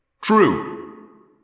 True